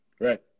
right